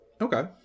Okay